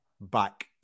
back